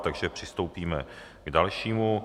Takže přistoupíme k dalšímu.